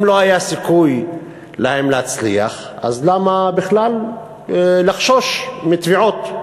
אם לא היה להם סיכוי להצליח אז למה בכלל לחשוש מתביעות?